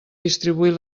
distribuir